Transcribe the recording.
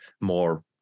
more